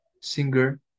singer